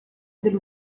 del